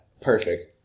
perfect